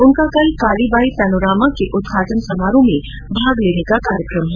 उनका कल काली बाई पेनोरमा के उद्घाटन समारोह में भाग लेने का कार्यक्रम है